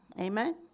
Amen